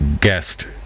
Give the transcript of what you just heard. guest